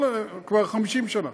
כל שנה, כבר 50 שנה,